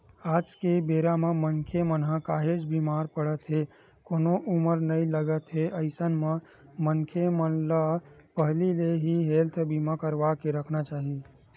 आज के बेरा म मनखे मन ह काहेच बीमार पड़त हे कोनो उमर नइ लगत हे अइसन म मनखे मन ल पहिली ले ही हेल्थ बीमा करवाके रखना चाही